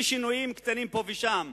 בשינויים קטנים פה ושם.